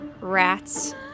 Rats